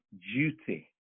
duty